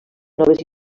noves